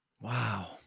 Wow